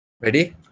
ready